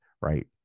right